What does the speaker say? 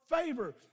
favor